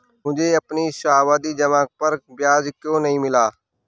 मुझे अपनी सावधि जमा पर ब्याज क्यो नहीं मिला?